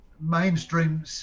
mainstream